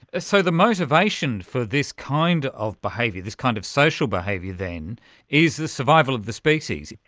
so the motivation for this kind of behaviour, this kind of social behaviour then is the survival of the species.